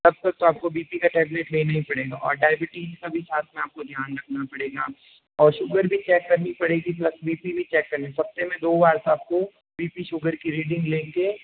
तब तक तो आपको बी पी का टैबलेट लेना ही पड़ेगा और डायबिटीज का भी साथ में आपको ध्यान रखना पड़ेगा और शुगर भी चेक करनी पड़ेगी प्लस बी पी भी चेक करना है हफ़्ते में दो बार तो आपको बी पी शुगर की रीडिंग लेकर